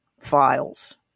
files